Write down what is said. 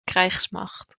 krijgsmacht